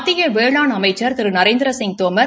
மத்திய வேளாண் அமைச்ச் திரு நரேந்திரசிங் தோமர்